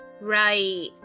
Right